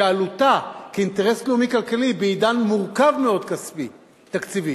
שעלותה כאינטרס לאומי-כלכלי בעידן מורכב מאוד תקציבית